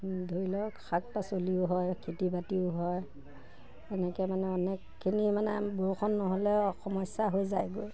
ধৰি লওক শাক পাচলিও হয় খেতি বাতিও হয় এনেকৈ মানে অনেকখিনি মানে বৰষুণ নহ'লে সমস্যা হৈ যায়গৈ